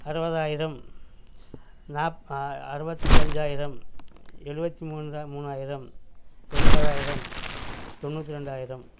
அறுபதாயிரம் நாப் அறுபத்தி அஞ்சாயிரம் எழுபத்தி மூன்றா மூணாயிரம் எண்பதாயிரம் தொண்ணூற்றி ரெண்டாயிரம்